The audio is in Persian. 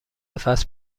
فصل